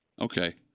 okay